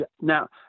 Now